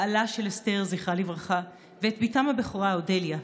בעלה של אסתר, זכרה לברכה, ואת בתם הבכורה אודליה.